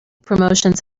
promotions